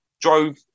drove